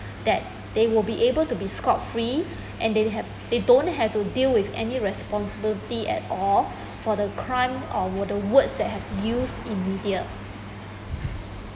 that they would be able to be scot free and they have they don't have to deal with any responsibility at all for the crime or were the words that have used in media